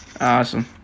Awesome